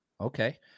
Okay